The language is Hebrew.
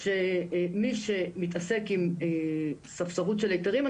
שמי שמתעסקים עם ספסרות של היתרים,